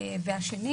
ושנית,